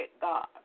God